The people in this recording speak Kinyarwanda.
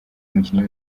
umukinnyi